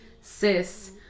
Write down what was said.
cis